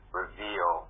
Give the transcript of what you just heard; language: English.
reveal